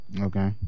Okay